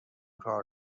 کار